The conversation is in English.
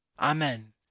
Amen